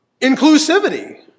inclusivity